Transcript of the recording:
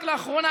רק לאחרונה,